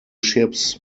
ships